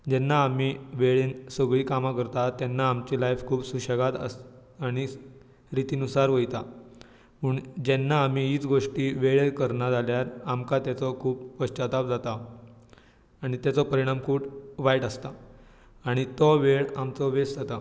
जेन्ना आमी वेळेन सगळी कामां करतात तेन्ना आमची लायफ खूब सुशेगाद आस आनी रितीनुसार वयता पूण जेन्ना आमी हिंच गोश्टी वेळेर करना जाल्यार आमकां तेचो खूब पश्चताप जाता आनी ताचो परीणाम खूब वायट आसता आनी तो वेळ आमचो वेस्ट जाता